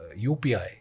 UPI